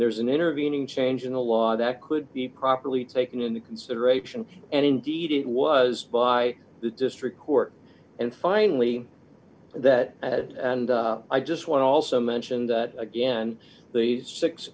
there's an intervening change in the law that could be properly taken into consideration and indeed it was by the district court and finally that at and i just want to also mention that again the six